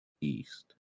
East